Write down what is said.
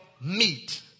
meet